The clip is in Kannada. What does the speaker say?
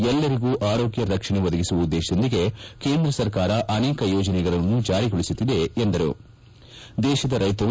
ಎಲ್ಲರಿಗೂ ಆರೋಗ್ಯ ರಕ್ಷಣೆ ಒದಗಿಸುವ ಉದ್ದೇಶದೊಂದಿಗೆ ಕೇಂದ್ರ ಸರ್ಕಾರ ಅನೇಕ ಯೋಜನೆಗಳನ್ನು ಜಾರಿಗೊಳಿಸುತ್ತಿದೆ ಎಂದರು